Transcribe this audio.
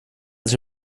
sich